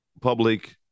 public